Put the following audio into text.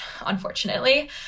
unfortunately